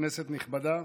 כנסת נכבדה,